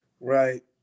Right